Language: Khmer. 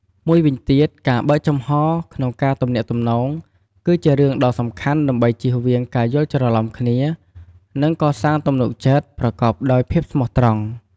មួយវិញទៀតការបើកចំហរក្នុងការទំនាក់ទំនង គឺជារឿងដ៏សំខាន់ដើម្បីជៀសវាងការយល់ច្រឡំគ្នា និងកសាងទំនុកចិត្ត ប្រកបដោយភាពស្មោះត្រង់។